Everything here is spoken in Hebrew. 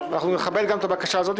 אנחנו נכבד גם את הבקשה הזאת,